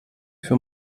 für